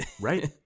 right